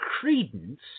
credence